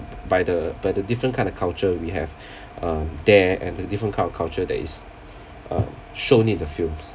by the by the different kind of culture we have um there and the different kind of culture that is uh shown in the films